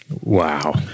Wow